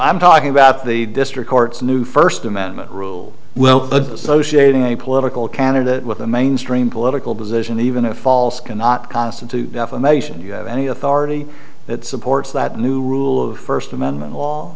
i'm talking about the district court's new first amendment rule well a political candidate with a mainstream political position even a false cannot constitute a mason you have any authority that supports that new rule of first amendment